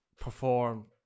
perform